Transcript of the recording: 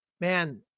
man